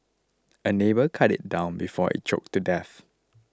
a neighbour cut it down before it choked to death